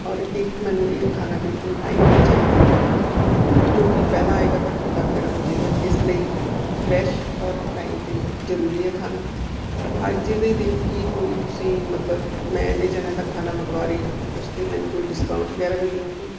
ਔਰ ਇੱਕ ਮੈਨੂੰ ਇਹ ਖਾਣਾ ਬਿਲਕੁਲ ਟਾਈਮ 'ਤੇ ਚਾਹੀਦਾ ਹੈ ਕਿਉਂਕਿ ਪਹਿਲਾਂ ਆਏਗਾ ਤਾਂ ਠੰਡਾ ਵਗੈਰਾ ਹੋ ਜਾਵੇਗਾ ਇਸ ਲਈ ਫਰੈਸ਼ ਔਰ ਟਾਈਮ 'ਤੇ ਜ਼ਰੂਰੀ ਹੈ ਖਾਣਾ ਔਰ ਅੱਜ ਦੇ ਦਿਨ ਕੀ ਕੋਈ ਤੁਸੀਂ ਮਤਲਬ ਮੈਂ ਇੰਨੇ ਜਣਿਆਂ ਦਾ ਖਾਣਾ ਮੰਗਵਾ ਰਹੀ ਹਾਂ ਉਸ 'ਤੇ ਮੈਨੂੰ ਕੋਈ ਡਿਸਕਾਊਂਟ ਵਗੈਰਾ ਵੀ ਦਿਉਂਗੇ